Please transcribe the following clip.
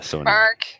Mark